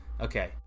Okay